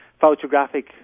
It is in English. photographic